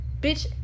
Bitch